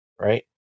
right